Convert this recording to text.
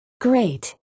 Great